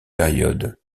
période